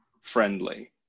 friendly